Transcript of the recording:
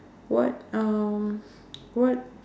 what uh what